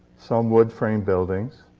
some wood-frame buildings.